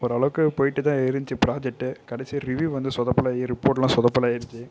ஒரளவுக்கு போயிட்டு தான் இருந்துச்சு ப்ரொஜெக்ட்டு கடைசியாக ரிவியூ வந்து சொதப்பலாகி ரிப்போர்ட்லாம் சொதப்பலாயிடுச்சு